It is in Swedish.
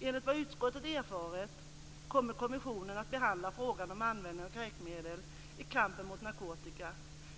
Enligt vad utskottet erfarit kommer kommissionen att behandla frågan om användning av kräkmedel i kampen mot narkotika.